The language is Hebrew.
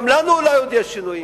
גם לנו יש עוד שינויים.